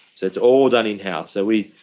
it's it's all done in house, so we